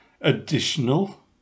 additional